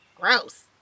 Gross